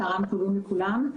צהריים טובים לכולם,